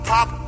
Pop